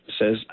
says